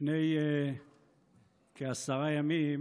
לפני כעשרה ימים